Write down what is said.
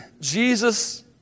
Jesus